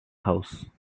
house